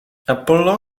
apollo